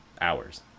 hours